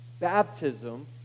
Baptism